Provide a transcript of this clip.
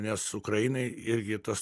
nes ukrainai irgi tas